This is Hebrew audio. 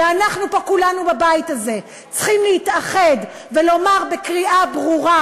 אנחנו כולנו פה בבית הזה צריכים להתאחד ולומר בקריאה ברורה: